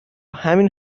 همین